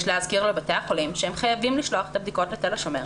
יש להזכיר לבתי החולים שהם חייבים לשלוח את הבדיקות לתל השומר,